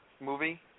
movie